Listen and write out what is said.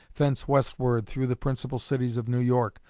thence westward through the principal cities of new york,